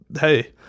hey